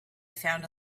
found